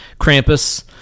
Krampus